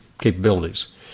capabilities